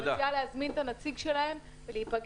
אני מציעה להזמין את הנציג שלהם ולהיפגש